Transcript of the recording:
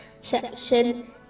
section